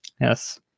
Yes